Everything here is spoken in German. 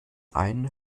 eine